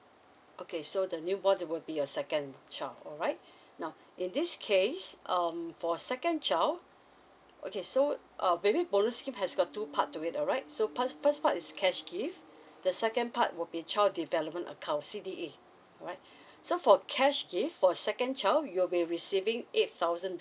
okay so the new born will be your second child alright now in this case um for second child okay so uh baby bonus scheme has got two part to it alright so part first part is cash gift the second part will be child development account C_D_A alright so for cash gift for second child you will be receiving eight thousand